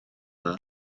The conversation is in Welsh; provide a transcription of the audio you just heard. dda